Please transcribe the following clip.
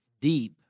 deep